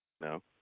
No